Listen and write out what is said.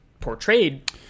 portrayed